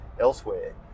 elsewhere